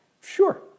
Sure